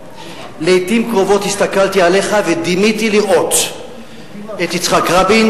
לעתים קרובות הסתכלתי עליך ודימיתי לראות את יצחק רבין,